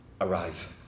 arrive